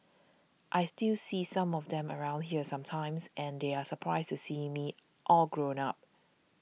I still see some of them around here sometimes and they are surprised to see me all grown up